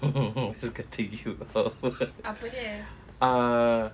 I'm just going to take you out ah